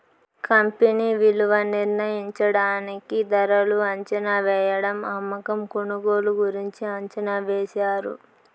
company విలువ నిర్ణయించడానికి ధరలు అంచనావేయడం అమ్మకం కొనుగోలు గురించి అంచనా వేశారు